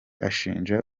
ashinja